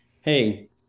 hey